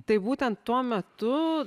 tai būtent tuo metu